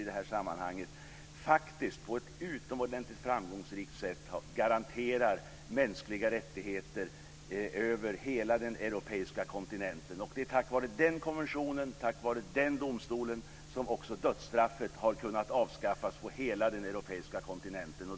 De har på ett utomordentligt sätt garanterat mänskliga rättigheter över hela den europeiska kontinenten. Det är tack vare den konventionen och den domstolen som dödsstraffet har kunnat avskaffas på hela den europeiska kontinenten.